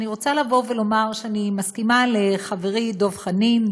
אני רוצה לומר שאני מסכימה עם חברי דב חנין.